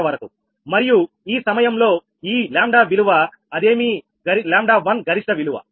మరియు ఈ సమయంలో ఈ 𝜆 విలువ అదేమీ 𝜆1 గరిష్ట విలువ 𝜆173